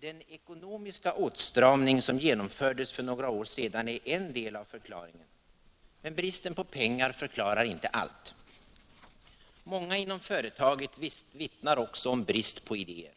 Den ekonomiska åtstramning som genomfördes för några år sedan är en del av förklaringen. Men bristen på pengar förklarar inte allt. Många inom företaget vittnar också om brist på idéer.